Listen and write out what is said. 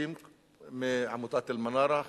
אנשים מעמותת "אלמנארה",